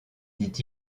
dit